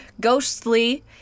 ghostly